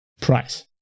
price